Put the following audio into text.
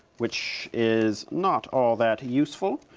which is not all that useful.